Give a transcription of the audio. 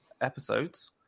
episodes